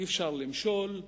אי-אפשר למשול.